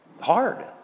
hard